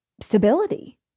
stability